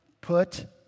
put